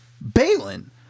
Balin